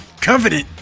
Covenant